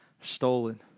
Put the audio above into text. stolen